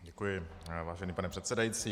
Děkuji, vážený pane předsedající.